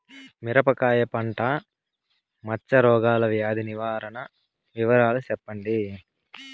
మిరపకాయ పంట మచ్చ రోగాల వ్యాధి నివారణ వివరాలు చెప్పండి?